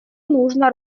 нужно